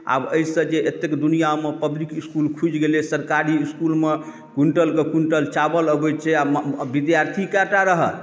आब एहि से जे अत्तेक दुनियामे पब्लिक इसकुल खुजि गेलैया सरकारी इसकुलमे कुंतलके कुंतल चावल अबैत छै आ विद्यार्थी कै टा रहत